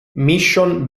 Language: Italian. mission